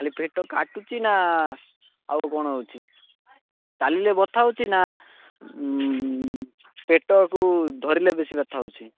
ଖାଲି ପେଟ କାଟୁଛି ନା ଆଉ କ'ଣ ହେଉଛି ଚାଲିଲେ ବଥା ହେଉଛି ନା ପେଟକୁ ଧରିଲେ ବେଶୀ ବଥା ହେଉଛି